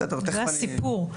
זה הסיפור.